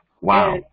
Wow